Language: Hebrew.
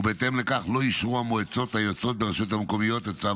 ובהתאם לכך לא אישרו המועצות היוצאות ברשויות מקומיות אלה את צו